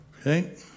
Okay